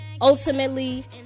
ultimately